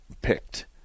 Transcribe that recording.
picked